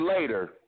later